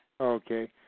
Okay